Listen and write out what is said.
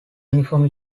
uniform